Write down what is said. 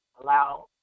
allow